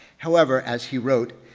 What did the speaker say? however, as he wrote,